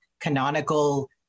canonical